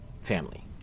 family